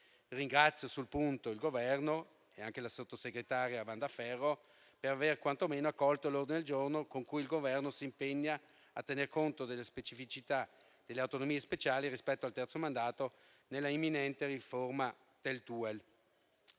Ringrazio sul punto il Governo e la sottosegretaria Ferro per aver quantomeno accolto l'ordine del giorno con cui il Governo si impegna a tener conto delle specificità delle autonomie speciali rispetto al terzo mandato nell'imminente riforma del TUEL.